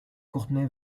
courtney